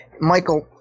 Michael